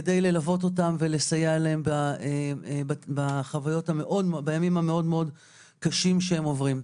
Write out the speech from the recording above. כדי ללוות אותם ולסייע להם בימים המאוד מאוד קשים שהם עוברים.